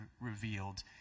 revealed